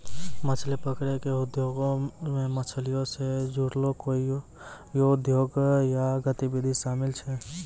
मछली पकरै के उद्योगो मे मछलीयो से जुड़लो कोइयो उद्योग या गतिविधि शामिल छै